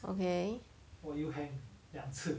okay